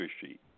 sheet